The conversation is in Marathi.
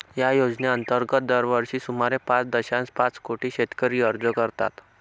या योजनेअंतर्गत दरवर्षी सुमारे पाच दशांश पाच कोटी शेतकरी अर्ज करतात